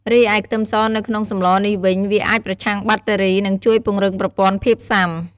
រីឯខ្ទឹមសនៅក្នុងសម្លនេះវិញ វាអាចប្រឆាំងបាក់តេរី និងជួយពង្រឹងប្រព័ន្ធភាពស៊ាំ។